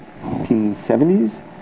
1970s